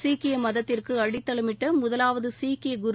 சீக்கிய மதத்திற்கு அடித்தளமிட்ட முதலாவத சீக்கிய குரு